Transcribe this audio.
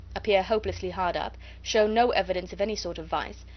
appear hopelessly hard up, show no evidence of any sort of vice,